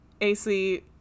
AC